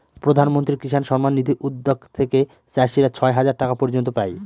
প্রধান মন্ত্রী কিষান সম্মান নিধি উদ্যাগ থেকে চাষীরা ছয় হাজার টাকা পর্য়ন্ত পাই